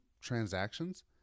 transactions